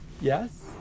Yes